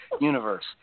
universe